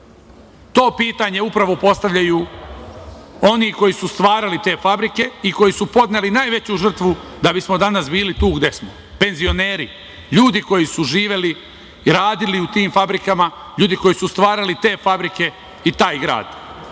pitanje upravo postavljaju oni koji su stvarali te fabrike i koji su podneli najveću žrtvu da bismo danas bili tu gde smo - penzioneri, ljudi koji su živeli i radili u tim fabrikama, ljudi koji su stvarali te fabrike i taj